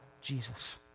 Jesus